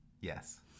Yes